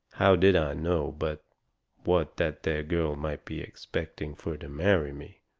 how did i know but what that there girl might be expecting fur to marry me,